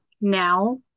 now